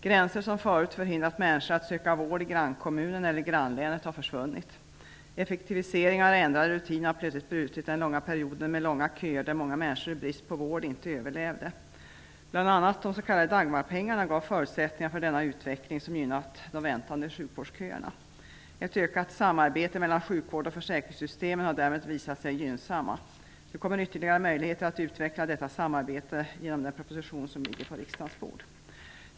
Gränser som förut förhindrat människor att söka vård i grannkommunen eller grannlänet har försvunnit. Effektiviseringar och ändrade rutiner har plötsligt brutit den långa perioden med långa köer där många människor i brist på vård inte överlevt. Exempelvis de s.k. Dagmarpengarna gav förutsättningar för en sådan här utveckling som gynnat de väntande i sjukvårdsköerna. Ett ökat samarbete mellan sjukvård och försäkringssystem har därmed visat sig gynnsamt. Nu kommer ytterligare möjligheter att utveckla detta samarbete genom den proposition som ligger på riksdagens bord.